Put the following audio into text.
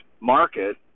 market